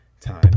time